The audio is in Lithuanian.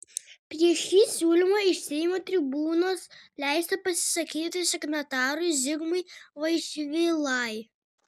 prieš šį siūlymą iš seimo tribūnos leista pasisakyti signatarui zigmui vaišvilai